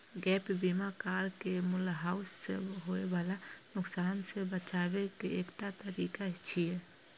gap बीमा car के मूल्यह्रास सं होय बला नुकसान सं बचाबै के एकटा तरीका छियै